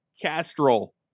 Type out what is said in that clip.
Castrol